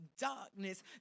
darkness